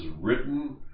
written